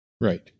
Right